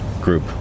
group